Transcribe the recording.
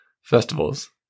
festivals